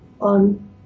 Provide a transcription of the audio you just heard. on